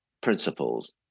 principles